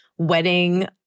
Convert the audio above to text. wedding